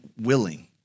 willing